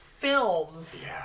Films